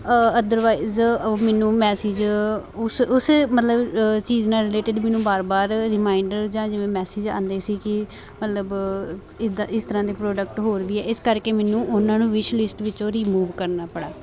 otherwise ਉਹ ਮੈਨੂੰ message ਉਸ ਉਸ ਮਤਲਬ ਚੀਜ਼ ਨਾਲ ਰਿਲੇਟਡ ਮੈਨੂੰ ਬਾਰ ਬਾਰ ਰਿਮਾਇੰਡਰ ਜਾਂ ਜਿਵੇਂ ਮੈਸੇਜ ਆਉਂਦੇ ਸੀ ਕਿ ਮਤਲਬ ਇਸਦਾ ਇਸ ਤਰ੍ਹਾਂ ਦੇ ਪ੍ਰੋਡਕਟ ਹੋਰ ਵੀ ਹੈ ਇਸ ਕਰਕੇ ਮੈਨੂੰ ਉਹਨਾਂ ਨੂੰ ਵਿਸ਼ਲਿਸਟ ਵਿੱਚੋਂ ਰਿਮੂਵ ਕਰਨਾ ਪੜਾ